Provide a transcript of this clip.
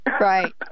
right